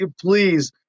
please